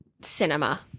cinema